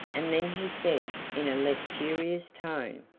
and then he said, in a less furious tone